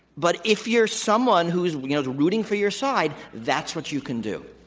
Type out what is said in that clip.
but if you're someone who's rooting for your side, that's what you can do.